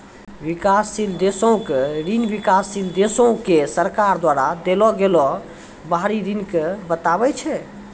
विकासशील देशो के ऋण विकासशील देशो के सरकार द्वारा देलो गेलो बाहरी ऋण के बताबै छै